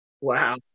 Wow